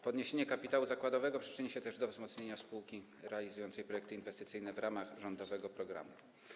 Podniesienie kapitału zakładowego przyczyni się też do wzmocnienia spółki realizującej projekty inwestycyjne w ramach rządowego programu.